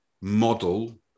model